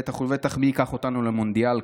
בטח ובטח מי ייקח אותנו ככה למונדיאל.